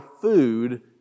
food